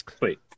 Wait